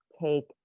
take